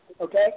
okay